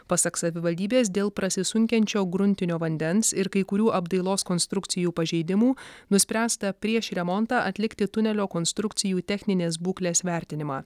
pasak savivaldybės dėl prasisunkiančio gruntinio vandens ir kai kurių apdailos konstrukcijų pažeidimų nuspręsta prieš remontą atlikti tunelio konstrukcijų techninės būklės vertinimą